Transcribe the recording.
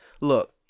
look